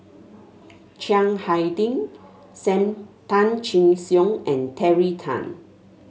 Chiang Hai Ding Sam Tan Chin Siong and Terry Tan